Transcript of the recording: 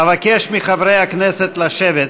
אבקש מחברי הכנסת לשבת.